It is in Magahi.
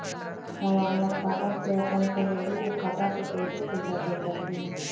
हम अपना खाता से अपन सहेली के खाता पर कइसे पैसा भेज सकली ह?